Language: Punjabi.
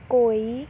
ਕੋਈ